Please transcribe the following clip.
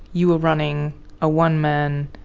you were running a one-man